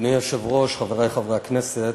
אדוני היושב-ראש, חברי חברי הכנסת,